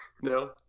no